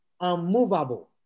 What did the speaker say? unmovable